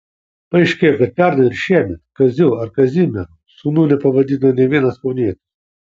paaiškėjo kad pernai ir šiemet kaziu ar kazimieru sūnų nepavadino nė vienas kaunietis